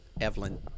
Evelyn